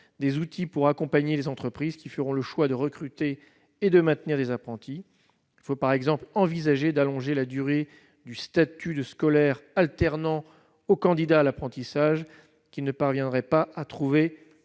des outils pour accompagner les entreprises qui feront le choix de recruter et de maintenir des apprentis. Il faut envisager, par exemple, d'allonger la durée du statut de scolaire alternant aux candidats à l'apprentissage qui ne parviendraient pas à trouver